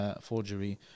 forgery